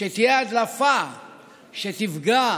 שתהיה הדלפה שתפגע